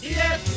yes